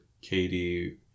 Katie